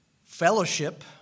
Fellowship